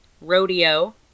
Rodeo